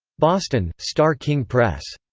boston starr king press.